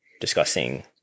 discussing